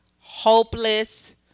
hopeless